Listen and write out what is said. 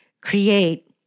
create